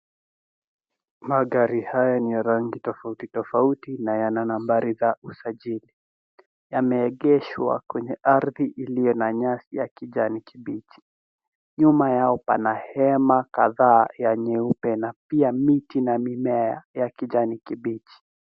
Magari mbalimbali yenye rangi tofauti waliyoegeshwa kwenye eneo lenye nyasi za kijani kibichi. Magari hayo yamepangwa kwa usahihi kwenye ardhi hiyo. Nyuma ya magari kuna hema kubwa nyeupe pamoja na miti na mimea mingine ya kijani, ikionyesha mazingira safi na ya kijani.